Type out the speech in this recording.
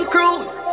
Cruise